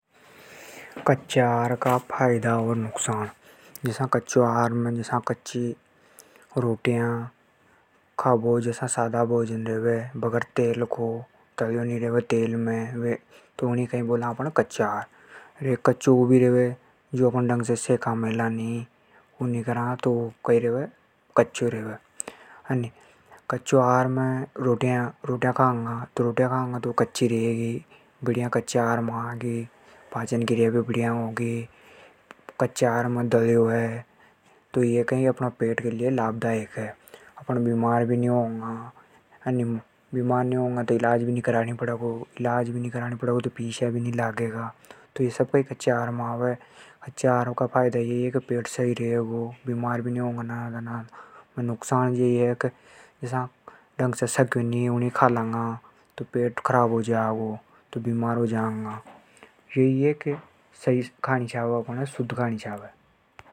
कच्चा आहार का फायदा ओर नुकसान। जसा बिना तेल में पकाया आहार हे कई बोले कच्चों आहार। एक कच्चों ऊ भी रेवे जो अपण ढंग से सेका नी। कच्चा आहार में पाचन क्रिया सही रेगी। अपने लिए लाभ दायक है। अपण बीमार भी नी होंगा। पेट सही रेगो तो बीमार भी नी होंगा। जिसे सही और शुद्ध आहार करनी चाहिए।